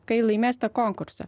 kai laimės tą konkursą